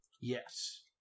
Yes